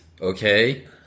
okay